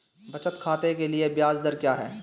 बचत खाते के लिए ब्याज दर क्या है?